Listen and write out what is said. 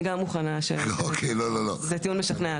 אני גם מוכנה ש --- זה טיעון משכנע,